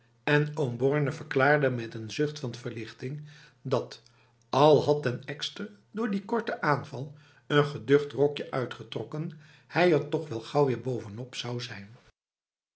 en oom borne verklaarde met een zucht van verlichting dat al had dan den ekster door die korte aanval een geducht rokje uitgetrokken hij er toch wel gauw weer bovenop zou zijn